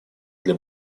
для